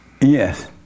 Yes